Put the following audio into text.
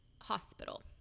hospital